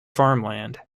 farmland